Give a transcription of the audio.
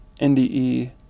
NDE